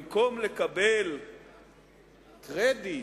במקום לקבל קרדיט,